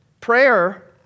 prayer